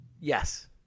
Yes